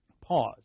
pause